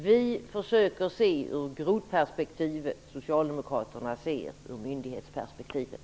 Vi försöker se ur grodperspektivet, socialdemokraterna ser ur myndighetsperspektivet.